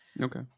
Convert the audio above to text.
Okay